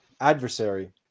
adversary